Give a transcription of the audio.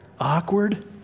awkward